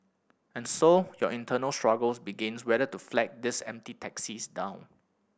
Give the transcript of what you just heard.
and so your internal struggles begins whether to flag these empty taxis down